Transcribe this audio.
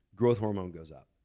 growth hormone goes up.